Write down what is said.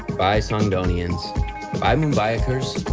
bye songdonians, bye mumbaikars!